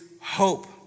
hope